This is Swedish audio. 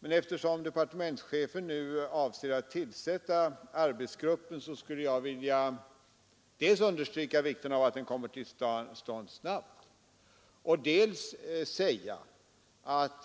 Men eftersom departementschefen avser att tillsätta arbetsgruppen skulle jag dels vilja understryka vikten av att den kommer till stånd snart, dels vilja säga att